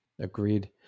Agreed